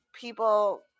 People